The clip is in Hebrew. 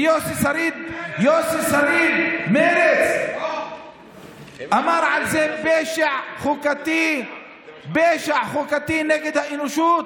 יוסי שריד ממרצ אמר על זה: פשע חוקתי נגד האנושות.